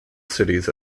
cities